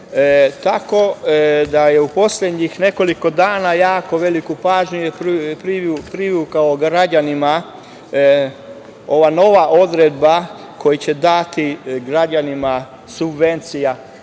Tako da u poslednjih nekoliko dana jako veliku pažnju građanima privukla je ova nova odredba koja će dati građanima subvencije